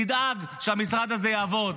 תדאג שהמשרד הזה יעבוד.